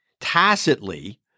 tacitly